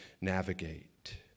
navigate